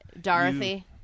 Dorothy